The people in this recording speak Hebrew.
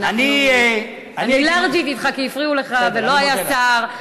אני לארג'ית אתך כי הפריעו לך ולא היה שר,